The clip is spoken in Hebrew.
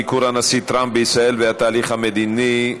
ביקור הנשיא טראמפ בישראל והתהליך המדיני,